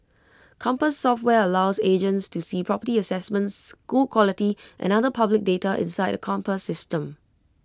compass software allows agents to see property assessments school quality and other public data inside the compass system